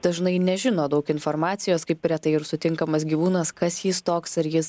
dažnai nežino daug informacijos kaip retai ir sutinkamas gyvūnas kas jis toks ar jis